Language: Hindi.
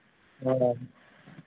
हाँ